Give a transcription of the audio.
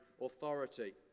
authority